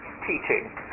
teaching